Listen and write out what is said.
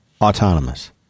autonomous